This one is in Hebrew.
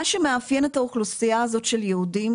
מה שמאפיין את האוכלוסייה הזאת של יהודים,